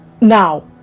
now